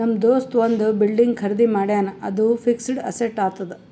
ನಮ್ ದೋಸ್ತ ಒಂದ್ ಬಿಲ್ಡಿಂಗ್ ಖರ್ದಿ ಮಾಡ್ಯಾನ್ ಅದು ಫಿಕ್ಸಡ್ ಅಸೆಟ್ ಆತ್ತುದ್